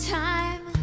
time